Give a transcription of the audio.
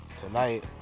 Tonight